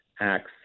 acts